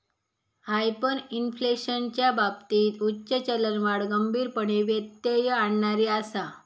हायपरइन्फ्लेशनच्या बाबतीत उच्च चलनवाढ गंभीरपणे व्यत्यय आणणारी आसा